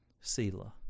Selah